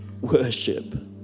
worship